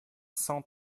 cent